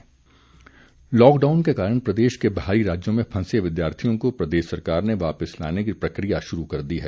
वापिसी लॉकडाउन के कारण प्रदेश के बाहरी राज्यों में फंसे विद्यार्थियों को प्रदेश सरकार ने वापिस लाने की प्रक्रिया शुरू कर दी है